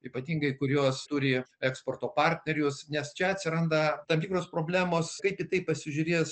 ypatingai kurios turi eksporto partnerius nes čia atsiranda tam tikros problemos kai kitaip pasižiūrės